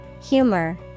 Humor